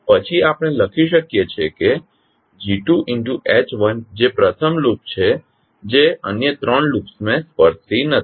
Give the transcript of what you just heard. પછી આપણે લખી શકીએ કે G2sH1 જે પ્રથમ લૂપ છે જે અન્ય 3 લૂપ્સને સ્પર્શતી નથી